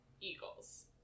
Eagles